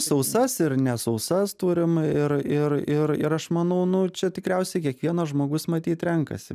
sausas ir ne sausas turim ir ir ir ir aš manau nu čia tikriausiai kiekvienas žmogus matyt renkasi